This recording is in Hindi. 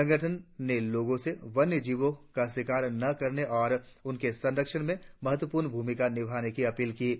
संगठन ने लोगों से वन्य जीवों का शिकार न करने और उनके संरक्षण में महत्वपूर्ण भूमिका निभाने की अपील की है